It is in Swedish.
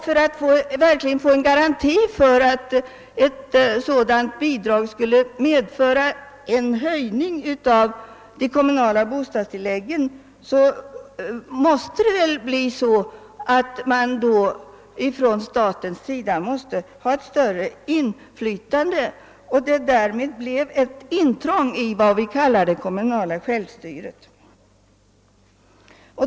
För att verkligen få en garanti för att ett sådant bidrag skulle medföra en höjning av de kommunala bostadstilläggen måste väl staten skaffa sig större inflytande. Därmed skulle det bli ett intrång i vad vi kallar det kommunala självstyret.